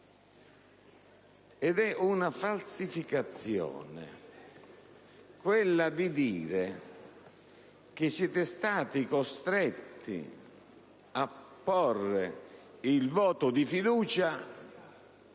Ed è una falsificazione quella di dire che siete stati costretti a porre il voto di fiducia